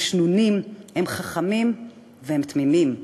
הם שנונים, הם חכמים והם תמימים.